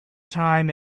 time